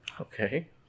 Okay